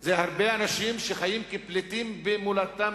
זה הרבה אנשים שחיים כפליטים במולדתם,